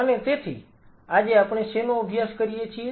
અને તેથી આજે આપણે શેનો અભ્યાસ કરીએ છીએ